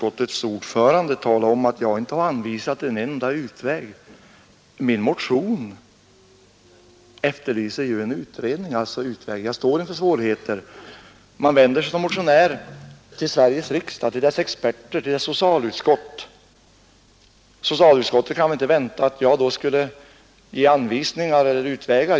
ordförande tala om att jag inte har anvisat en enda utväg. Min motion efterlyser ju en utredning. Man står inför svårigheter, jag vänder mig som motionär till Sveriges riksdag, till dess experter, till dess socialutskott. Utskottet kan väl då inte vänta att jag slutgiltigt skulle ge anvisning om utvägar.